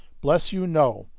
bless you, no,